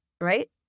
right